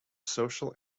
social